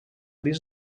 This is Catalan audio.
dins